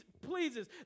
pleases